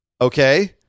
Okay